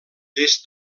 des